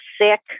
sick